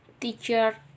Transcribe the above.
teacher